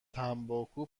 تنباکو